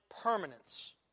permanence